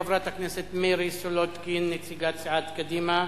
חברת הכנסת מרינה סולודקין, נציגת סיעת קדימה.